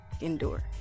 endure